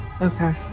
Okay